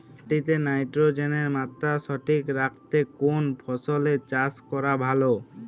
মাটিতে নাইট্রোজেনের মাত্রা সঠিক রাখতে কোন ফসলের চাষ করা ভালো?